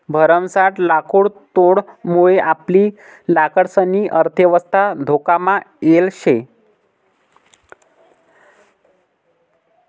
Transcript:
भरमसाठ लाकुडतोडमुये आपली लाकडंसनी अर्थयवस्था धोकामा येल शे